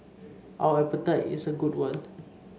our appetite is a good one